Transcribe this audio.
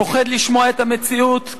פוחד לשמוע את המציאות,